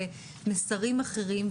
למסרים אחרים,